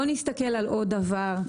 נסתכל על עוד דבר.